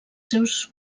seus